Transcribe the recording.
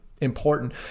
important